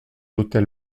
l’hôtel